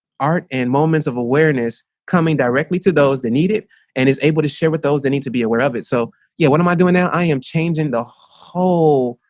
art and moments of awareness coming directly to those that need it and is able to share with those that need to be aware of it. so yeah, what am i doing now? i am changing the whole